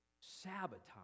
sabotage